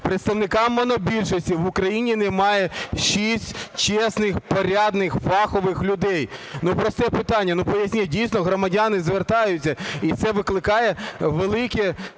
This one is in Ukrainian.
представника монобільшості, в Україні немає 6 чесних, порядних, фахових людей? Просте питання, поясність. Дійсно, громадяни звертаються і це викликає велике,